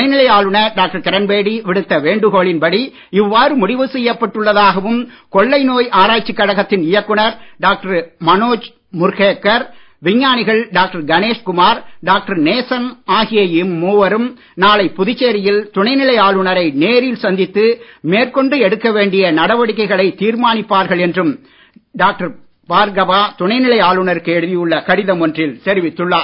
துணைநிலை ஆளுநர் டாக்டர் கிரண்பேடி விடுத்த வேண்டுகோளின் படி இவ்வாறு முடிவு செய்யப்பட்டு உள்ளதாகவும் கொள்ளைநோய் ஆராய்ச்சிக் கழகத்தின் இயக்குநர் டாக்டர் மனோஜ் முர்ஹேக்கர் விஞ்ஞானிகள் டாக்டர் கணேஷ்குமார் டாக்டர் நேசன் ஆகிய இம்மூவரும் நாளை புதுச்சேரியில் துணைநிலை ஆளுநரை நேரில் சந்தித்து மேற்கொண்டு எடுக்க வேண்டிய நடவடிக்கைகளைத் தீர்மானிப்பார்கள் என்றும் டாக்டர் பார்கவா துணைநிலை ஆளுநருக்கு எழுதியுள்ள கடிதம் ஒன்றில் தெரிவித்துள்ளார்